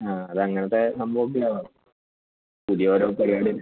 ആ അത് അങ്ങത്തെ സംഭവം ഒക്കെയാണ് പുതിയ ഓരോ പരിപാടി